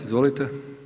Izvolite.